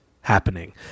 happening